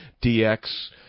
dx